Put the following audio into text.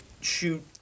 shoot